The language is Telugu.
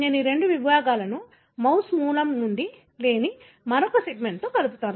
నేను ఈ రెండు విభాగాలను మౌస్ మూలం నుండి లేని మరొక సెగ్మెంట్తో కలుపుతాను